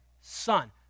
son